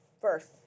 first